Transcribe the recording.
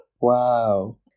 Wow